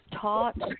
taught